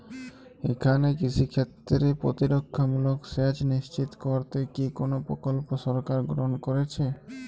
এখানে কৃষিক্ষেত্রে প্রতিরক্ষামূলক সেচ নিশ্চিত করতে কি কোনো প্রকল্প সরকার গ্রহন করেছে?